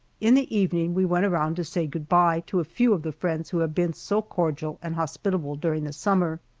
in the evening we went around to say good-by to a few of the friends who have been so cordial and hospitable during the summer.